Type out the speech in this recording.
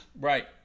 Right